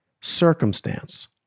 circumstance